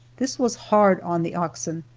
this was hard on the oxen,